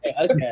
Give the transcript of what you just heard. okay